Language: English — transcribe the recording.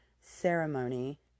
ceremony